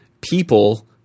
people